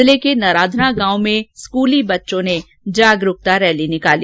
जिले के नराधना गांव में स्कूली बच्चों ने जागरूकता रैली निकाली